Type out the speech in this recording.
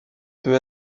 peut